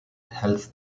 health